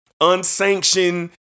unsanctioned